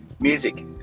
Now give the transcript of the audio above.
music